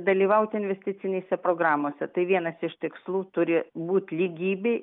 dalyvauti investicinėse programose tai vienas iš tikslų turi būt lygybė